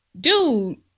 dude